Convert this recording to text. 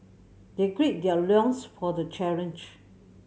they gird their loins for the challenge